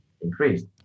increased